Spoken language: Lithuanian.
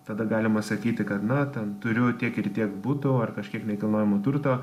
tada galima sakyti kad na ten turiu tiek ir tiek butų ar kažkiek nekilnojamo turto